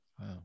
Wow